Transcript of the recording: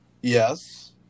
yes